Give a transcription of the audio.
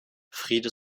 friede